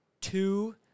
two